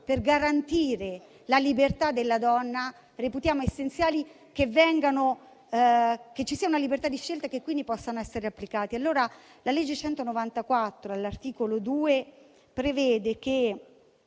per garantire la libertà della donna; reputiamo essenziale che ci sia libertà di scelta e che tali parti possono essere applicate. La legge n. 194, all'articolo 2, prevede che